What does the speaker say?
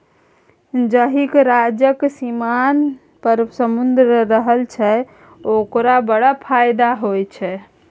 जाहिक राज्यक सीमान पर समुद्र रहय छै ओकरा बड़ फायदा होए छै